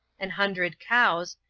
an hundred cows,